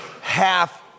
half